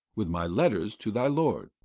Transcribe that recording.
with my letters to thy lord.